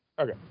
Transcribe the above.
Okay